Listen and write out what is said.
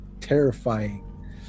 terrifying